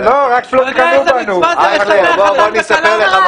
אתה יודע איזה מצווה זה לשמח חתן וכלה?